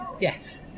Yes